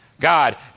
God